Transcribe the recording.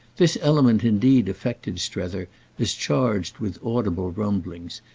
this element indeed affected strether as charged with audible rumblings,